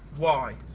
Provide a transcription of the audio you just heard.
why?